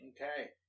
Okay